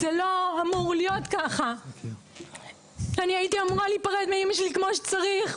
זה לא אמור להיות ככה; אני הייתי אמורה להיפרד מאמא שלי כמו שצריך,